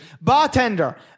Bartender